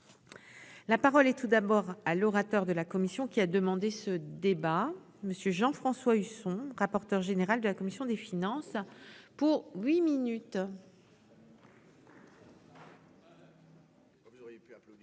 La parole et tout d'abord à l'orateur de la commission qui a demandé ce débat monsieur Jean-François Husson, rapporteur général de la commission des finances pour huit minutes.